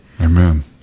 Amen